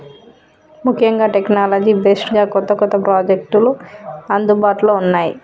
ముఖ్యంగా technology based గా కొత్త కొత్త ప్రాజెక్టులు అందుబాటులో ఉన్నాయి